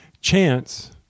chance